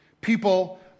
People